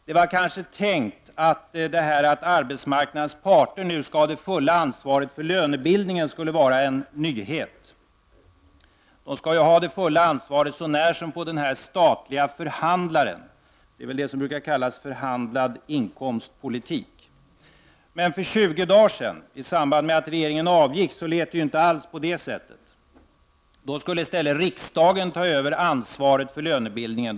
Det var kanske tänkt att detta med att arbetsmarknadens parter skall ha det fulla ansvaret för lönebildningen skulle vara en nyhet. De skall ju ha det fulla ansvaret så när som på den statliga förhandlaren. Det är väl det som brukar kallas förhandlad inkomstpolitik. Men för 20 dagar sedan, i samband med att regeringen avgick, lät det inte alls så. Då skulle riksdagen ta över ansvaret för lönebildningen.